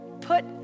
put